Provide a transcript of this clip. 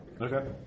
Okay